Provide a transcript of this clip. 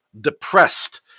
depressed